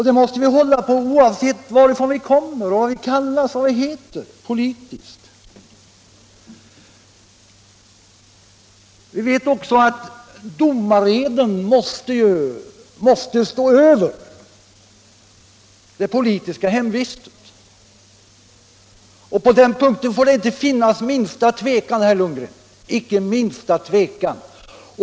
Det måste vi hålla på oavsett varifrån vi kommer politiskt. Också domareden måste stå över det politiska hemvistet, och på den punkten får det inte finnas minsta tvekan, herr Lundgren.